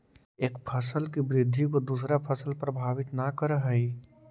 एक फसल की वृद्धि को दूसरा फसल प्रभावित न करअ हई